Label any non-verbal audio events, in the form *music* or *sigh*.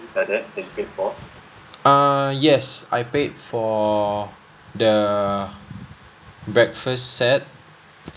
*noise* err yes I paid for the breakfast set